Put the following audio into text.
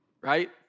right